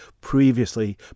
previously